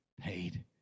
paid